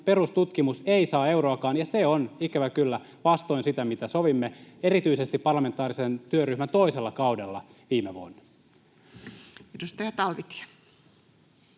perustutkimus ei saa euroakaan, ja se on ikävä kyllä vastoin sitä, mitä sovimme erityisesti parlamentaarisen työryhmän toisella kaudella viime vuonna. [Speech 111]